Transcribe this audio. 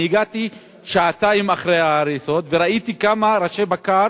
אני הגעתי שעתיים אחרי ההריסות וראיתי כמה ראשי בקר